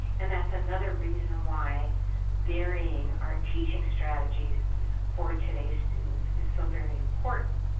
and that's another reason why varying our teaching strategies for today's students is so very important.